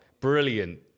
Brilliant